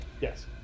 Yes